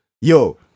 yo